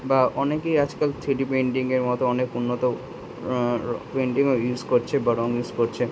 বা অনেকেই আজকাল থ্রি ডি পেন্টিংয়ের মতো অনেক উন্নত পেন্টিংও ইউস করছে বা রঙ ইউস করছে